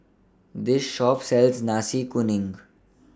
This Shop sells Nasi Kuning